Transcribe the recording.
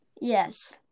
Yes